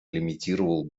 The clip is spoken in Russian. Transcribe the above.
лимитировал